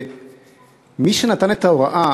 מי נתן את ההוראה?